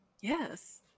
yes